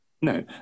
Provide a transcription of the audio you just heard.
No